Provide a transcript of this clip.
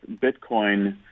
Bitcoin